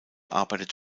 arbeitet